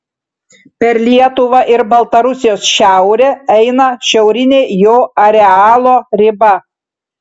per lietuvą ir baltarusijos šiaurę eina šiaurinė jo arealo riba